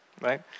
right